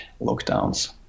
lockdowns